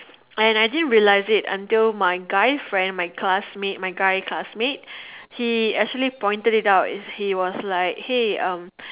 and I didn't realize it until my guy friend my classmate my guy classmate he actually pointed it out he was like hey um